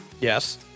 Yes